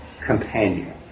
companion